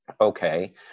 okay